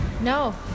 No